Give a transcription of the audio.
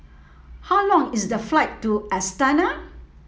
how long is the flight to Astana